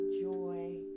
joy